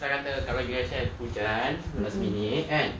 kata kalau U_S_S hujan last minute kan